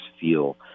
feel